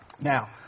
Now